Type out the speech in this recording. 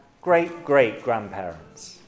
great-great-grandparents